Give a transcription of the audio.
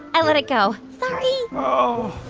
i let it go. sorry oh.